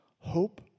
Hope